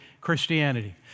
Christianity